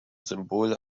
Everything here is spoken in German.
symbol